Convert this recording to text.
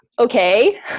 okay